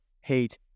hate